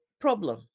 problem